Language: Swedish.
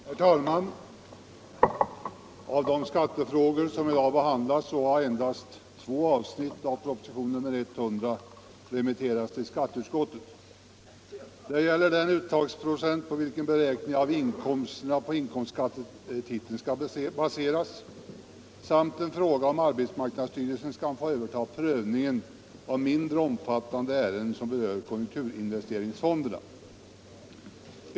Herr talman! Av de skattefrågor som i dag behandlas har endast två avsnitt av proposition nr 100 remitterats till skatteutskottet. Det gäller den uttagsprocent på vilken beräkningarna av inkomsterna på inkomstskattetiteln skall baseras samt en fråga, om arbetsmarknadsstyrelsen skall få överta prövningen av mindre omfattande ärenden som berör konjunkturinvesteringsfonderna.